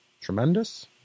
tremendous